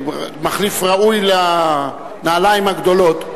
מחליף ראוי לנעליים הגדולות,